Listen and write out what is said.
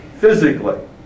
physically